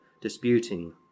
disputing